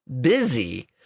busy